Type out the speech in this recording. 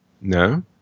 No